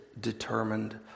determined